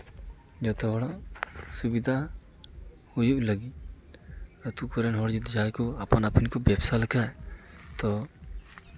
ᱡᱚᱛᱚ ᱦᱚᱲᱟᱜ ᱥᱩᱵᱤᱫᱷᱟ ᱦᱩᱭᱩᱜ ᱞᱟᱹᱜᱤᱫ ᱟᱛᱳ ᱠᱚᱨᱮᱱ ᱦᱚᱲ ᱡᱩᱫᱤ ᱡᱟᱦᱟᱸᱭ ᱠᱚ ᱟᱯᱟᱱ ᱟᱹᱯᱤᱱ ᱠᱚ ᱵᱮᱵᱽᱥᱟ ᱞᱮᱠᱷᱟᱡ ᱛᱚ